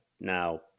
Now